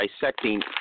dissecting